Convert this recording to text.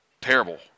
terrible